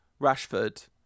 Rashford